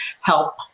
help